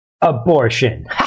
Abortion